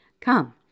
Come